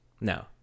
no